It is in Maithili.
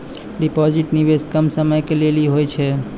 डिपॉजिट निवेश कम समय के लेली होय छै?